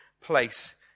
place